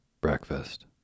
Breakfast